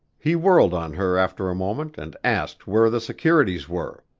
he whirled on her after a moment and asked where the securities were.